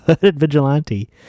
Vigilante